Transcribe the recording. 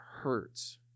hurts